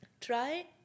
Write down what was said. try